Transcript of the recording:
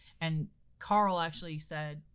and karl actually said,